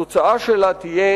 התוצאה שלה תהיה